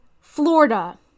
Florida